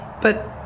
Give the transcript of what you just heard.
But-